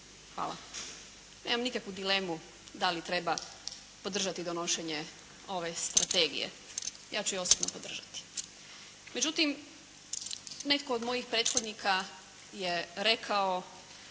Nemam nikakvu dilemu da li treba podržati donošenje ove strategije. Ja ću je osobno podržati. Međutim netko od mojih prethodnika je rekao